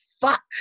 fuck